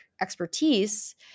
expertise